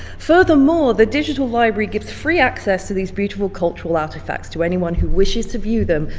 furthermore, the digital library gives free access to these beautiful cultural artifacts to anyone who wishes to view them,